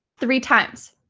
three times.